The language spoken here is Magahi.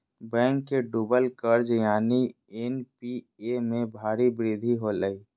बैंक के डूबल कर्ज यानि एन.पी.ए में भारी वृद्धि होलय